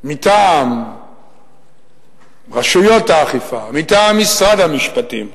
מטעם רשויות האכיפה, מטעם משרד המשפטים,